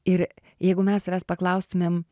ir jeigu mes savęs paklaustumėm